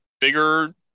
bigger